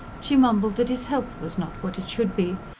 she mumbled that his health was not what it should be,